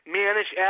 manage